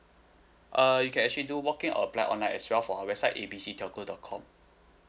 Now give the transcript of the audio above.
uh you can actually do walk in or apply online as well from our website A B C telco dot com